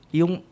yung